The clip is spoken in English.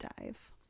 Dive